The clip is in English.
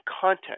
content